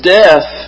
death